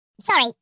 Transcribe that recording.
Sorry